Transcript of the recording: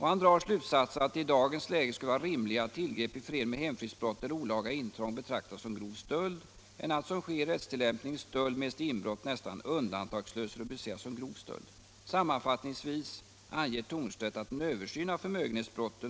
Han drar slutsatsen att det i dagens läge skulle vara rimligare att tillgrepp i förening med hemfridsbrott eller olaga intrång betraktades som grov stöld än att, som sker i rättstillämpningen, stöld medelst inbrott nästan undantagslöst rubriceras som grov stöld. Sammanfattningsvis anger Thornstedt att en översyn av förmögenhetsbrott